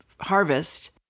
harvest